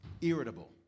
Irritable